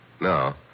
No